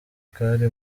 kari